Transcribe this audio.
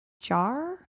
jar